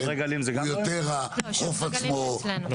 הוא יותר החוף עצמו,